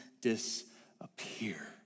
disappear